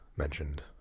mentioned